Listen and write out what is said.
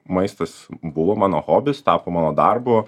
maistas buvo mano hobis tapo mano darbu